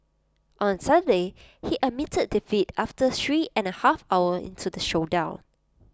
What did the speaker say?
on Saturday he admitted defeat after three and A half hour into the showdown